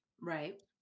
right